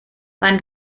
wann